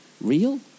real